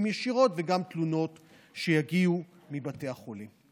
ישירות וגם תלונות שיגיעו מבתי החולים.